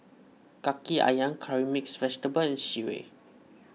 Kaki Ayam Curry Mixed Vegetable and Sireh